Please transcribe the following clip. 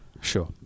Sure